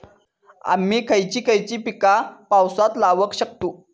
आम्ही खयची खयची पीका पावसात लावक शकतु?